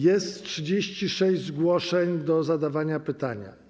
Jest 36 zgłoszeń do zadawania pytań.